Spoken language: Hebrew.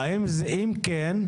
אם כן,